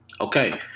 Okay